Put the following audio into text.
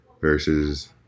Versus